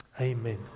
Amen